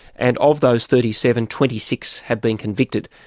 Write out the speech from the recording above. and of those thirty seven, twenty six have been convicted,